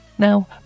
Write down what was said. Now